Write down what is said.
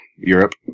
Europe